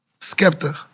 Skepta